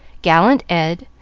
gallant ed,